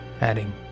Adding